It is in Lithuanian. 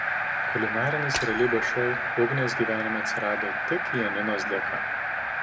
kulinarinis realybės šou ugnės gyvenime atsirado tik janinos dėka